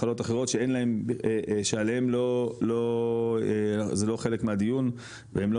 מחלות אחרות שעליהן זה לא חלק מהדיון והן לא